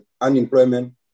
unemployment